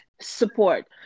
Support